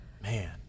Man